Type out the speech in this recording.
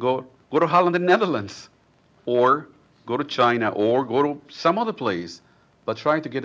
go go to hell in the netherlands or go to china or go to some other place but try to get a